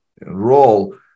role